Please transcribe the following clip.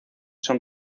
son